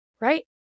right